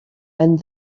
and